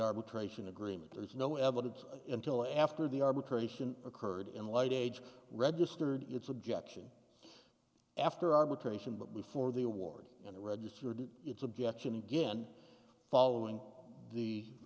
arbitration agreement there's no evidence until after the arbitration occurred in late age registered its objection after arbitration but before the award of the registered its objection again following the